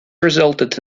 resulted